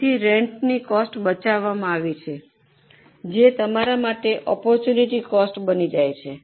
તેથી રેન્ટની કોસ્ટ બચાવવામાં આવી છે જે તમારા માટે આપર્ટૂનટી કોસ્ટ બની જાય છે